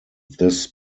this